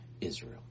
Israel